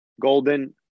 Golden